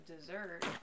dessert